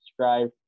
subscribe